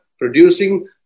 producing